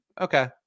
Okay